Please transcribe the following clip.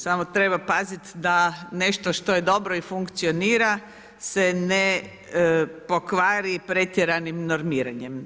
Samo treba paziti da nešto što je dobro i funkcionira se ne pokvari pretjeranim normiranjem.